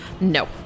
No